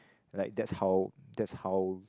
like that's how that's how